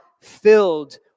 filled